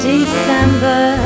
December